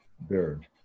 bird